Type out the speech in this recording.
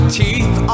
teeth